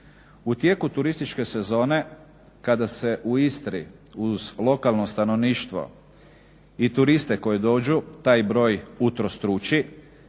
U tijeku turističke sezone kada se u Istri uz lokalno stanovništvo i turiste koji dođu taj broj utrostruči